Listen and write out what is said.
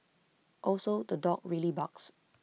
also the dog really barks